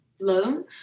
loan